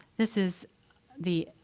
this is the.